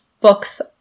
books